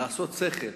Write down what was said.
שכל,